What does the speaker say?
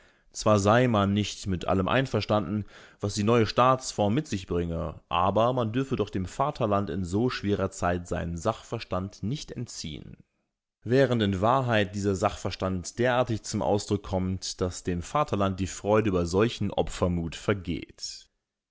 zwar sei man nicht mit allem einverstanden was die neue staatsform mit sich bringe aber man dürfe doch dem vaterland in so schwerer zeit seinen sachverstand nicht entziehen während in wahrheit dieser sachverstand derartig zum ausdruck kommt daß dem vaterland die freude über solchen opfermut vergeht